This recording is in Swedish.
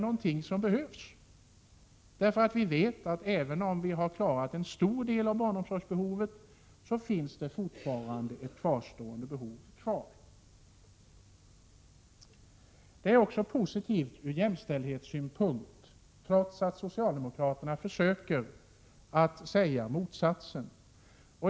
Vi vet ju att även om vi har klarat av att tillgodose en stor del av barnomsorgsbehovet så finns det fortfarande kvarstående behov. Vårt förslag är också positivt från jämställdhetssynpunkt, även om socialdemokraterna försöker att hävda motsatsen.